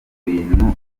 bintu